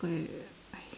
what you call it